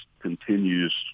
continues